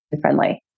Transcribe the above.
friendly